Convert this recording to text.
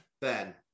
Ben